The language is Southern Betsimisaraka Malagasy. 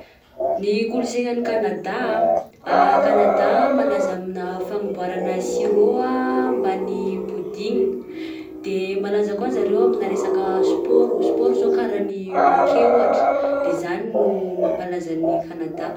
Ny kolosaina any Kanada ah, Kanada ah malaza amina fanamboarana sirop ah mbany poudine, de malaza koa zareo amina resaka sport, sport zao karaha ny hocket ohatra, de zany ny mampalaza any Kanada